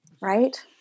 Right